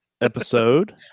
episode